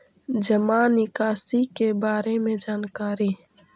जामा निकासी के बारे में जानकारी?